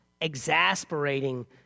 exasperating